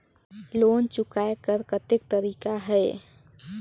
Loan चुकाय कर कतेक तरीका है?